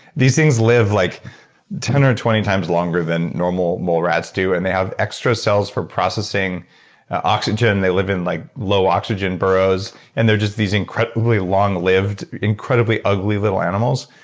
these things live like ten or twenty times longer than normal mole rats do and they have extra cells for processing oxygen, they live in like low oxygen burrows and they're just these incredibly long-lived incredibly ugly little animals.